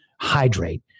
Hydrate